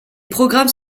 programmes